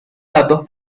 datos